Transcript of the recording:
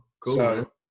Cool